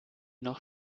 noch